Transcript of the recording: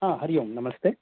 हरि ओम् नमस्ते